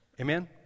Amen